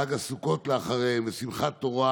חג הסוכות אחריהם ושמחת תורה,